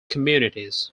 communities